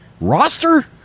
roster